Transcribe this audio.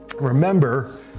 Remember